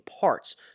parts